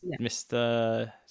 Mr